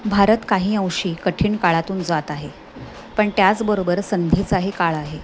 भारत काही अंशी कठीण काळातून जात आहे पण त्याचबरोबर संधीचाही काळ आहे